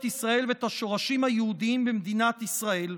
ישראל ואת השורשים היהודיים במדינת ישראל.